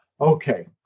okay